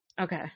okay